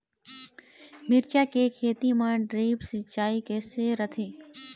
मिरचा के खेती म ड्रिप सिचाई किसे रथे?